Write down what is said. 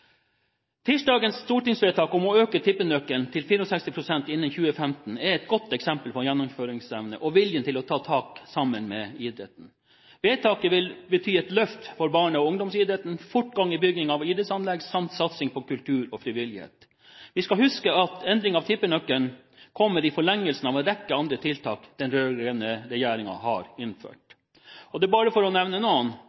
Mandagens stortingsvedtak om å øke tippenøkkelen til 64 pst. innen 2015 er et godt eksempel på gjennomføringsevne og vilje til å ta tak sammen med idretten. Vedtaket vil bety et løft for barne- og ungdomsidretten, fortgang i bygging av idrettsanlegg samt satsing på kultur og frivillighet. Vi skal huske at endringen av tippenøkkelen kommer i forlengelsen av en rekke andre tiltak den rød-grønne regjeringen har